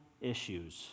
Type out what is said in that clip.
issues